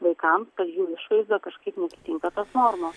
vaikam kad jų išvaizda kažkaip neatitinka tos normos